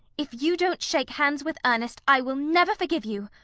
if you don't shake hands with ernest i will never forgive you.